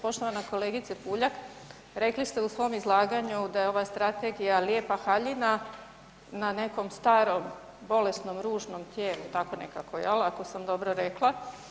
Poštovana kolegice Puljak, rekli ste u svom izlaganju da je ova strategija lijepa haljina na nekom starom, bolesnom, ružnom tijelu tako nekako ako sam dobro rekla.